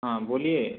हाँ बोलिए